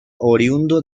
oriundo